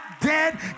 dead